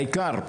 העיקר,